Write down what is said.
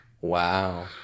Wow